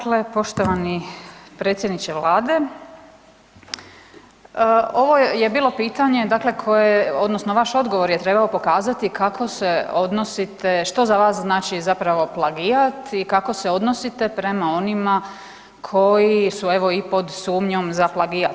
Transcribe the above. Dakle poštovani predsjedniče Vlade, ovo je bilo pitanje, dakle koje, odnosno vaš odgovor je trebao pokazati kako se odnosite, što za vas znači zapravo plagijat i kako se odnosite prema onima koji su, evo, i pod sumnjom za plagijat.